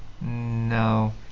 No